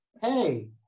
hey